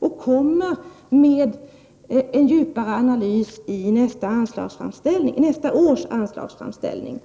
Man kommer med en djupare analys i nästa års anslagsframställning.